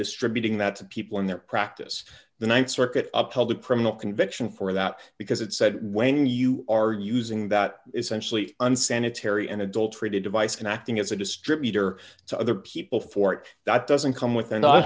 distributing that to people in their practice the th circuit a public criminal conviction for that because it said when you are using that essentially unsanitary and adulterated device and acting as a distributor to other people forte that doesn't come with